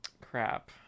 crap